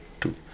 two